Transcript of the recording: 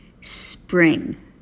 Spring